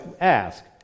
ask